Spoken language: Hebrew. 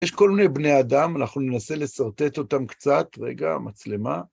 יש כל מיני בני אדם, אנחנו ננסה לשרטט אותם קצת, רגע, מצלמה.